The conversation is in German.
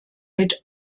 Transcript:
mit